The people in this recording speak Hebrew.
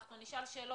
אנחנו נשאל שאלות.